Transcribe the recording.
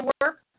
work